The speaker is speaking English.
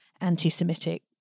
anti-Semitic